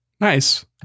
Nice